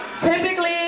typically